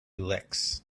licks